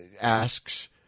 asks